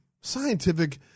scientific